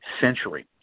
century